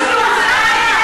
הם עושים עבודת קודש?